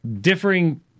differing